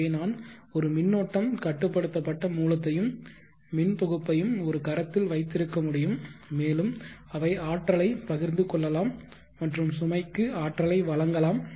எனவே நான் ஒரு மின்னோட்டம் கட்டுப்படுத்தப்பட்ட மூலத்தையும் மின் தொகுப்பையும் ஒரு கரத்தில் வைத்திருக்க முடியும் மேலும் அவை ஆற்றலை பகிர்ந்து கொள்ளலாம் மற்றும் சுமைக்கு ஆற்றலை வழங்கலாம்